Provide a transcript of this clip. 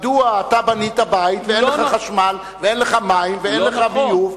מדוע אתה בנית בית ואין לך חשמל ואין לך מים ואין לך ביוב.